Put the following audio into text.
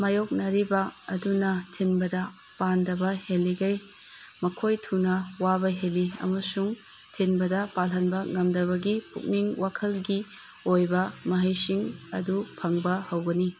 ꯃꯥꯏꯌꯣꯛꯅꯔꯤꯕ ꯑꯗꯨꯅ ꯊꯤꯟꯕꯗ ꯄꯥꯟꯗꯕ ꯍꯦꯜꯂꯤꯒꯩ ꯃꯈꯣꯏ ꯊꯨꯅ ꯋꯥꯕ ꯍꯦꯜꯂꯤ ꯑꯃꯁꯨꯡ ꯊꯤꯟꯕꯗ ꯄꯥꯜꯍꯟꯕ ꯉꯝꯗꯕꯒꯤ ꯄꯨꯛꯅꯤꯡ ꯋꯥꯈꯜꯒꯤ ꯑꯣꯏꯕ ꯃꯍꯩꯁꯤꯡ ꯑꯗꯨ ꯐꯪꯕ ꯍꯧꯒꯅꯤ